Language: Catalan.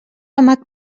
amb